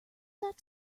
that